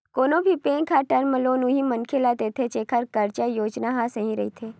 कोनो भी बेंक ह टर्म लोन उही मनखे ल देथे जेखर कारज योजना ह सही रहिथे